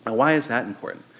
ah why is that important?